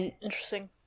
interesting